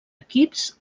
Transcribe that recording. equips